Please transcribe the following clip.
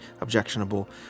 objectionable